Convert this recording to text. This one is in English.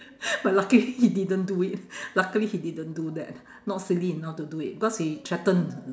but luckily he didn't do it luckily he didn't do that not silly enough to do it cause he threatened